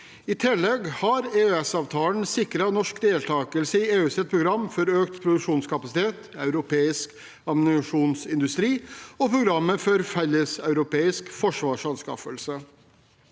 I tillegg har EØS-avtalen sikret norsk deltakelse i EUs program for økt produksjonskapasitet, europeisk ammunisjonsindustri og programmet for felleseuropeiske forsvarsanskaffelser.